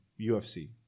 UFC